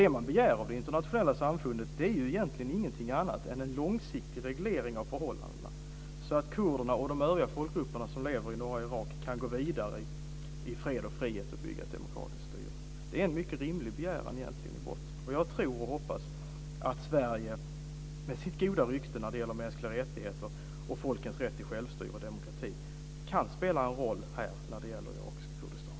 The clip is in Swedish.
Det man begär av det internationella samfundet är egentligen ingenting annat än en långsiktig reglering av förhållandena så att kurderna och de övriga folkgrupperna som lever i norra Irak kan gå vidare i fred och frihet och bygga ett demokratiskt styre. Det är egentligen en mycket rimlig begäran. Jag tror och hoppas att Sverige med sitt goda rykte när det gäller mänskliga rättigheter och folkens rätt till självstyre och demokrati kan spela en roll när det gäller det irakiska Kurdistan.